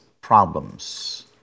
problems